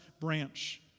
branch